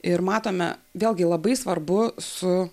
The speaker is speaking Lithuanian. ir matome vėlgi labai svarbu su